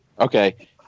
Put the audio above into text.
okay